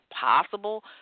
possible